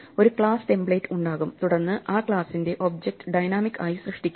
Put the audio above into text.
ഒരു class template ഉണ്ടാകും തുടർന്ന് ആ ക്ലാസിന്റെ ഒബ്ജക്റ്റ് ഡൈനാമിക് ആയി സൃഷ്ടിക്കും